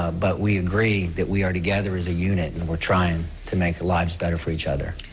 but we agree that we are together as a unit and we're trying to make the lives better for each other.